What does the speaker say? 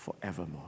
forevermore